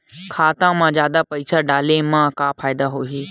खाता मा जादा पईसा डाले मा का फ़ायदा होही?